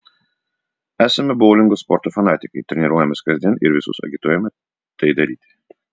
esame boulingo sporto fanatikai treniruojamės kasdien ir visus agituojame tai daryti